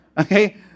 Okay